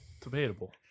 debatable